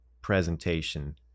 presentation